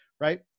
Right